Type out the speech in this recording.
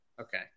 okay